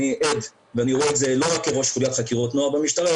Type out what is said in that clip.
אני עד ואני רואה את זה לא רק כראש חוליית חקירות נוער במשטרה,